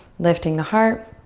lifting the heart.